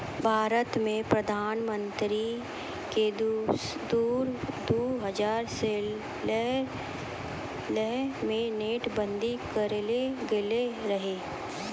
भारतो मे प्रधानमन्त्री के द्वारा दु हजार सोलह मे नोट बंदी करलो गेलो रहै